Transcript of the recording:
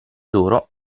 d’oro